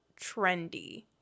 trendy